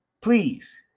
Please